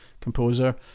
composer